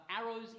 arrows